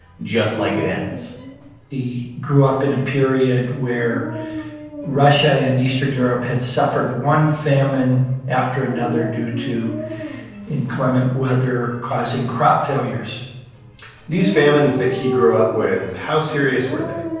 just like it ends he grew up in a period where russia and eastern europe had suffered one famine after another due to inclement weather causing crop failures these famines that he grew up with, how serious were they?